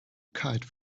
kite